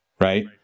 Right